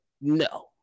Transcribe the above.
no